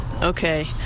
Okay